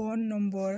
phone number